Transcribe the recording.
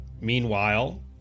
Meanwhile